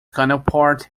counterpart